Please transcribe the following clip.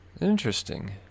Interesting